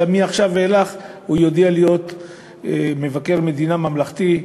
אלא מעכשיו ואילך הוא ידע להיות מבקר מדינה ממלכתי,